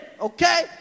okay